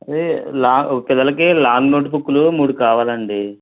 అదే లా పిల్లలకి లాంగ్ నోట్బుక్లు మూడు కావాలండి